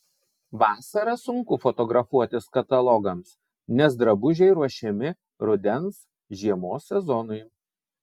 vasarą sunku fotografuotis katalogams nes drabužiai ruošiami rudens žiemos sezonui